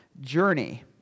journey